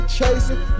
chasing